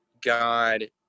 God